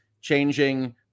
changing